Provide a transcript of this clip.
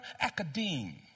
academe